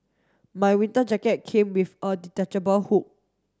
my winter jacket came with a detachable hood